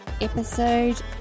episode